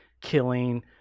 killing